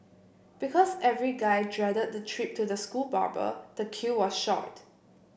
because every guy dreaded the trip to the school barber the queue was short